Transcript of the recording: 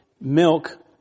milk